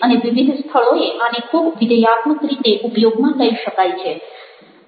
અને વિવિધ સ્થળોએ આને ખૂબ વિધેયાત્મક રીતે ઉપયોગમાં લઇ શકાય છે